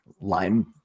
line